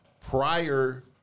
prior